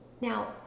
now